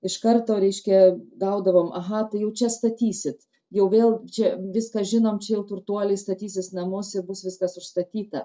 iš karto reiškia gaudavom aha tai jų čia statysit jau vėl čia viską žinom čia jau turtuoliai statysis namus ir bus viskas užstatyta